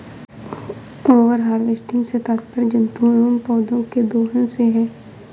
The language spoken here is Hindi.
ओवर हार्वेस्टिंग से तात्पर्य जंतुओं एंव पौधौं के दोहन से है